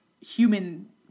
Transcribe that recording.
human